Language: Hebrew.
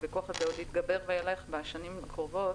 והוויכוח הזה עוד יתגבר והולך בשנים הקרובות.